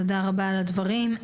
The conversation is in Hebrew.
תודה רבה על הדברים.